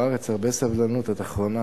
זוארץ, הרבה סבלנות, את אחרונה.